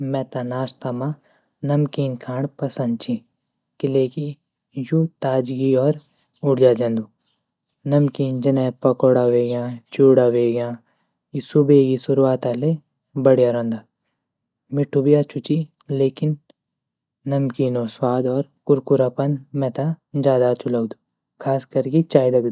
मेता नाश्ता म नमकीन खाण पसंद ची क़िले की यू ताजगी और ऊर्जा दयंदू नमकीन जने पकौड़ा वेज्ञा, चुडा वेज्ञा यू सुबहे गी शुरुवाता ले बढ़िया रौंदा मीठू भी अछू ची लेकिन नमकीनों स्वाद और कुरकुरापन मेता ज़्यादा अछु लगदू ख़ासकर की चाय दगड़ी।